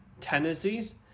tendencies